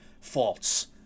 faults